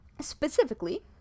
Specifically